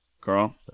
Carl